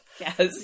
yes